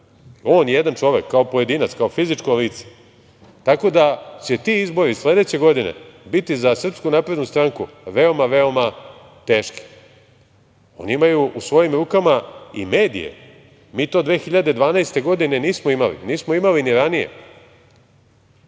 on jedan čovek kao pojedinac, kao fizičko lice. Tako da će ti izbori sledeće godine biti za SNS veoma teški. Oni imaju u svojim rukama i medije. Mi to 2012. godine nismo imali, nismo imali ni ranije.